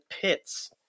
pits